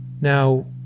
Now